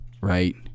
right